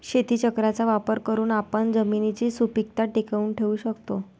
शेतीचक्राचा वापर करून आपण जमिनीची सुपीकता टिकवून ठेवू शकतो